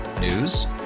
News